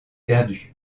perdus